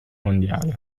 mondiale